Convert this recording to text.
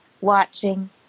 watching